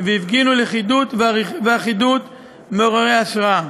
והפגינו לכידות ואחדות מעוררות השראה.